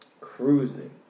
cruising